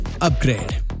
Upgrade